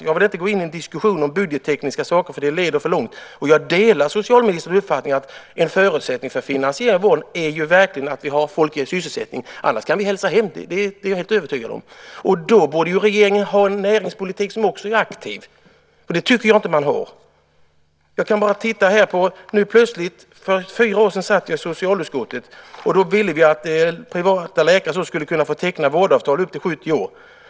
Jag vill inte gå in i någon diskussion om budgettekniska saker. Det leder för långt. Jag delar socialministerns uppfattning att en förutsättning för att finansiera vården är att vi har folk i sysselsättning, annars kan vi hälsa hem. Det är jag helt övertygad om. Då borde regeringen ha en näringspolitik som är aktiv. Det tycker jag inte att man har. För fyra år sedan satt jag i socialutskottet. Då ville vi att privata läkare skulle få teckna vårdavtal upp till 70 år.